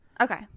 Okay